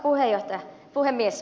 arvoisa puhemies